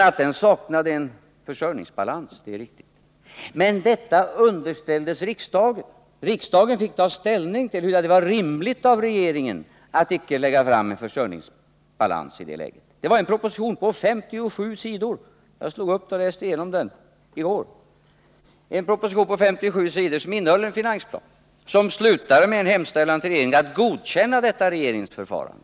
Att den saknade en försörjningsbalans är riktigt, men det var också så att riksdagen fick tillfälle att ta ställning till huruvida det var rimligt att regeringen i det läget icke lade fram en försörjningsbalans. Riksdagen förelades en proposition på 57 sidor — jag tog fram den i går och läste igenom den igen. Propositionen innehöll en finansplan och slutade med en hemställan till riksdagen att godkänna detta regeringens förfarande.